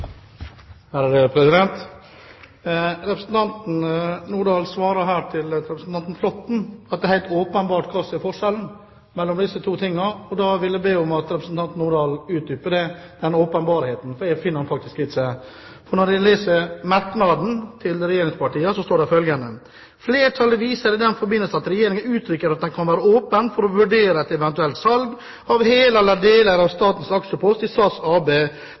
Representanten Lange Nordahl svarte her til representanten Flåtten at det er helt åpenbart hva som er forskjellen mellom disse to tingene. Da vil jeg be om at representanten Nordahl utdyper den åpenbarheten, for jeg finner den faktisk ikke. For når en leser merknaden til regjeringspartiene, står det følgende: «Flertallet viser i denne forbindelse til at regjeringen uttrykker at den kan være åpen for å vurdere et eventuelt salg av hele eller deler av statens aksjepost i